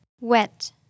wet